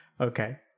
Okay